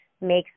makes